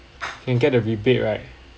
can get a rebate right